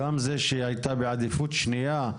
גם זה שהיא הייתה בעדיפות שנייה.